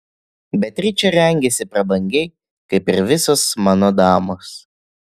beatričė rengiasi prabangiai kaip ir visos mano damos